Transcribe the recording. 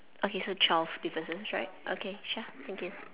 okay so twelve differences right okay sure thank you